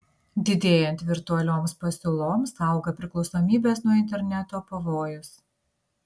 didėjant virtualioms pasiūloms auga priklausomybės nuo interneto pavojus